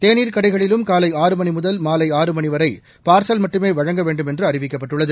தேநீர் கடைகளிலும் காலை ஆறு மணி முதல் மாலை ஆறு மணி வரை பார்சல் மட்டுமே வழங்க வேண்டுமென்றும் அறிவிக்கப்பட்டுள்ளது